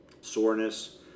soreness